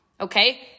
Okay